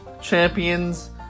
champions